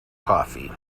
coffee